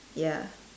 ya